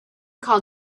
call